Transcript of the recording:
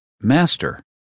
Master